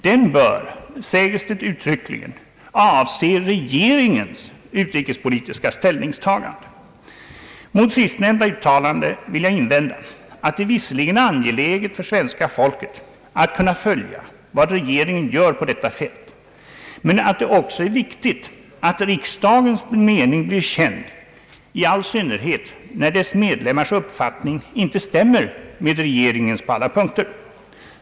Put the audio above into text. Det säges uttryckligen, att den bör avse regeringens utrikespolitiska ställningstagande. Mot sistnämnda uttalande vill jag invända att det visserligen är angeläget för svenska folket att kunna följa vad regeringen gör på detta fält men att det också är viktigt att riksdagens mening blir känd, i all synnerhet när dess medlemmars uppfattning inte stämmer med regeringens på alla punkter.